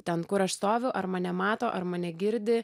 ten kur aš stoviu ar mane mato ar mane girdi